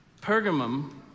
Pergamum